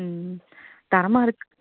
ம் தரமாக இருக்குது